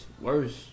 Worse